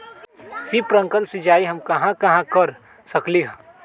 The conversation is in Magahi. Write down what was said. स्प्रिंकल सिंचाई हम कहाँ कहाँ कर सकली ह?